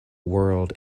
world